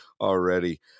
already